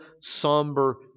somber